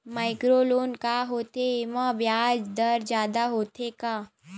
Micro loan का होथे येमा ब्याज दर जादा होथे का?